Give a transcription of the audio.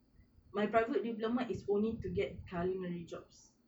my private diploma is only to get culinary jobs